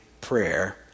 prayer